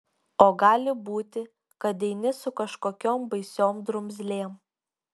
o gali būti kad eini su kažkokiom baisiom drumzlėm